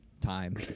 time